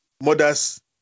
mother's